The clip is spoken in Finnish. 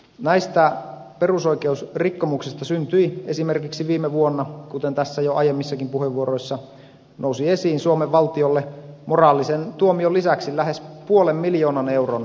näistä perusoikeusrikkomuksista syntyi esimerkiksi viime vuonna kuten tässä jo aiemmissakin puheenvuoroissa nousi esiin suomen valtiolle moraalisen tuomion lisäksi lähes puolen miljoonan euron korvausvelvoitteet